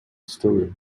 story